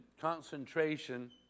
concentration